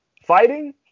Fighting